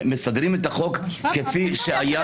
מסדרים את החוק, כפי שהיה.